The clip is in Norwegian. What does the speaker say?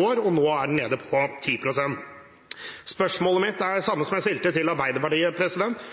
år, og nå er den nede på 10 pst. Spørsmålet mitt er det samme som jeg stilte til Arbeiderpartiet: